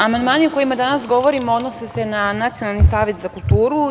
Amandmani o kojima danas govorimo odnose se na Nacionalni savet za kulturu.